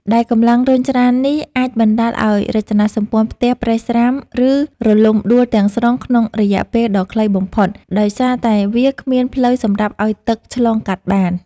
ដែលកម្លាំងរុញច្រាននេះអាចបណ្ដាលឱ្យរចនាសម្ព័ន្ធផ្ទះប្រេះស្រាំ ឬរលំដួលទាំងស្រុងក្នុងរយៈពេលដ៏ខ្លីបំផុត ដោយសារតែវាគ្មានផ្លូវសម្រាប់ឱ្យទឹកឆ្លងកាត់បាន។